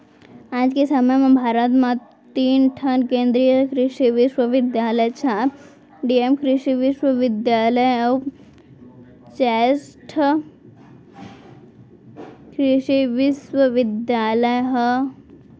आज के समे म भारत म तीन ठन केन्द्रीय कृसि बिस्वबिद्यालय, चार डीम्ड कृसि बिस्वबिद्यालय अउ चैंसठ कृसि विस्वविद्यालय ह